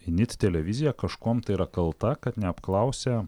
init televizija kažkuom tai yra kalta kad neapklausė